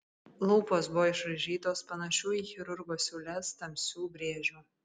lūpos buvo išraižytos panašių į chirurgo siūles tamsių brėžių